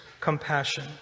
compassion